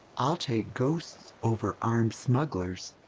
i'll take ghosts over armed smugglers.